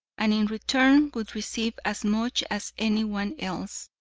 and in return would receive as much as anyone else.